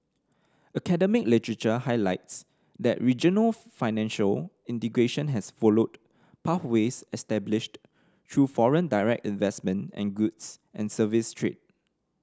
academic literature highlights that regional financial integration has followed pathways established through foreign direct investment and goods and service trade